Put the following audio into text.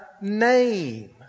name